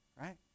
right